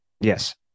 yes